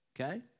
Okay